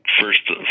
first